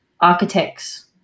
architects